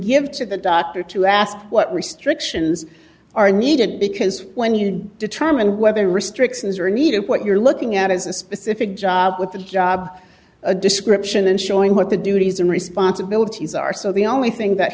give to the doctor to ask what restrictions are needed because when you determine whether restrictions are needed what you're looking at is a specific job with the job description and showing what the duties and responsibilities are so the only thing that